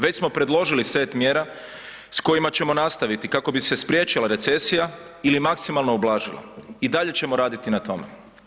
Već smo predložili set mjera s kojima ćemo nastaviti kako bi se spriječila recesija ili maksimalno ublažila i dalje ćemo raditi na tome.